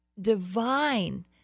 divine